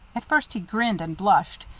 at first he grinned and blushed,